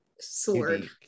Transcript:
sword